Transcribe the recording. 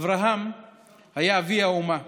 אברהם היה אבי האומה.